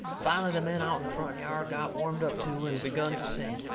finally the men out in the front yard got warmed up too, and begun to sing,